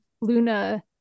Luna